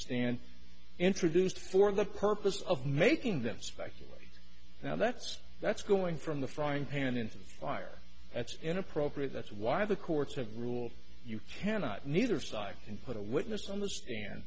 stand introduced for the purpose of making them special now that's that's going from the frying pan into the fire that's inappropriate that's why the courts have ruled you cannot neither side can put a witness